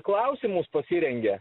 klausimus pasirengia